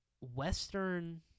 Western